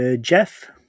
Jeff